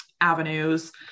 avenues